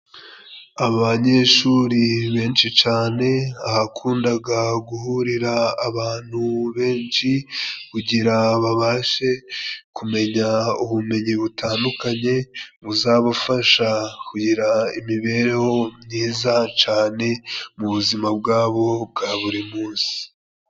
Abanyeshuri benshi cane ahakundaga guhurira abantu benshi, kugira babashe kumenya ubumenyi butandukanye, buzabafasha kugira imibereho myiza cane mu buzima bwabo bwa buri munsi.